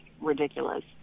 ridiculous